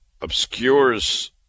obscures